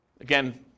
Again